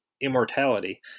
immortality